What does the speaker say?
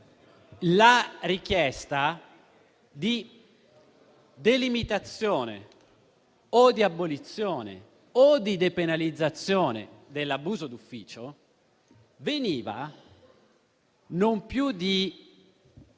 La richiesta di delimitazione o di abolizione o di depenalizzazione dell'abuso d'ufficio veniva, non più di